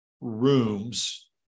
rooms